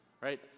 right